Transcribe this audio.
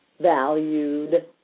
valued